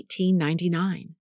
1899